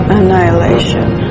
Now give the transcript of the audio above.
Annihilation